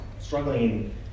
struggling